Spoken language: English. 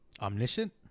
Omniscient